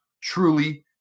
truly